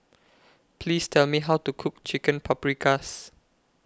Please Tell Me How to Cook Chicken Paprikas